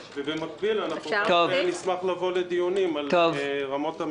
ובמקביל נשמח לבוא ולהשתתף בדיונים על רמות המחיר.